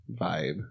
vibe